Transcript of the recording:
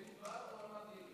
נווה מדבר או רמת נגב?